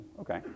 Okay